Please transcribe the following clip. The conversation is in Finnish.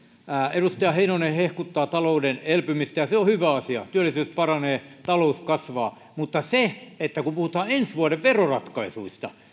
edustaja heinonen hehkuttaa talouden elpymistä ja se on hyvä asia työllisyys paranee talous kasvaa mutta kun puhutaan ensi vuoden veroratkaisuista